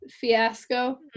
Fiasco